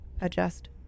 adjust